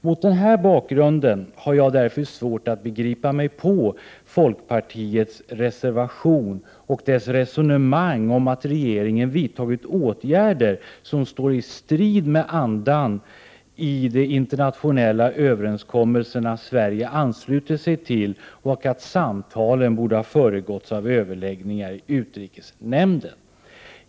Mot den här bakgrunden har jag därför svårt att begripa mig på folkpartiets reservation och dess resonemang om att regeringen vidtagit åtgärder som står i strid med andan i de internationella överenskommelser Sverige anslutit sig till samt att samtalen borde ha föregåtts av överläggningar i utrikesnämnden.